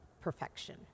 perfection